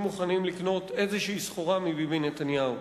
מוכנים לקנות סחורה כלשהי מביבי נתניהו.